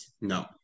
No